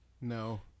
No